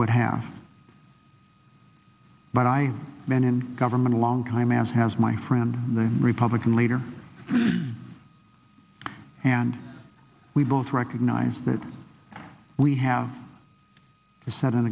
would have but i been in government a long time as has my friend the republican leader and we both recognize that we have to set an